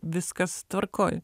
viskas tvarkoj